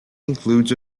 includes